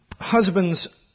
Husbands